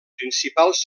principals